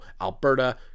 Alberta